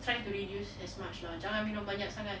try to reduce as much lah jangan minum banyak sangat